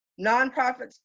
Nonprofits